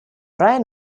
ryan